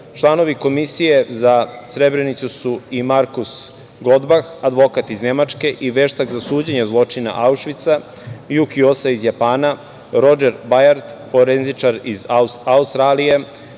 članovi Komisije za Srebrenicu su i Markus Godbah, advokat iz Nemačke i veštak za suđenje zločina Aušvica, Juki Osa iz Japana, Rodžer Bajard, forenzičar iz Australije,